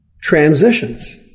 transitions